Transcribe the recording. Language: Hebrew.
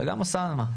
וגם אוסאמה.